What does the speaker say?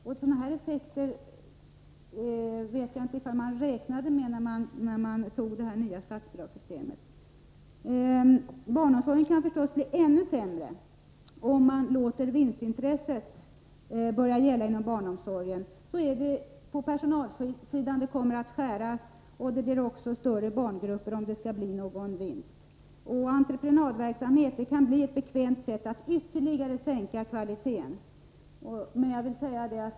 Nu vet jag inte om man hade räknat med detta när man införde det här nya statsbidragssystemet. Barnomsorgen kan förstås bli ännu sämre, om man låter vinstintressena börja gälla inom barnomsorgen. Det kommer att skäras ned på personalsidan, och barngrupperna skall vara större för att verksamheten skall ge någon vinst. Entreprenadverksamheten kan bli ett bekvämt sätt att ytterligare sänka kvaliteten.